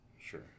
Sure